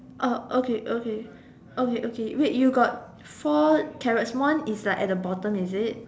oh okay okay okay okay wait you got four carrots one is like at the bottom is it